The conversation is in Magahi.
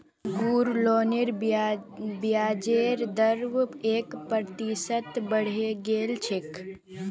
गृह लोनेर ब्याजेर दर एक प्रतिशत बढ़े गेल छेक